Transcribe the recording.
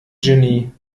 genie